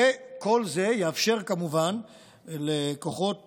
וכל זה יאפשר כמובן לכוחות